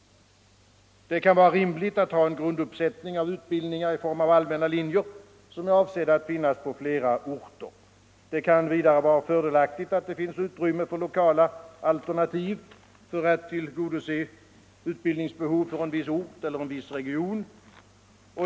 Det kan vara rimligt att ha en grunduppsättning utbildningar i form av allmänna linjer, som är avsedda att finnas på flera orter. Det kan vidare vara fördelaktigt att det finns utrymme för lokala alternativ för att tillgodose utbildningsbehov för en viss ort eller en viss region.